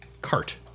cart